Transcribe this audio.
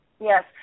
Yes